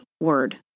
word